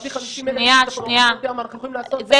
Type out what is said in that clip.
להביא 50,000 לחוף הים --- שנייה,